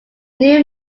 new